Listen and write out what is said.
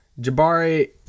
Jabari